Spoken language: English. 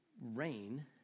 rain